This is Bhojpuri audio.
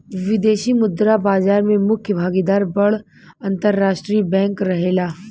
विदेशी मुद्रा बाजार में मुख्य भागीदार बड़ अंतरराष्ट्रीय बैंक रहेला